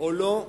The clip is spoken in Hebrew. או לא,